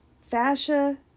Fascia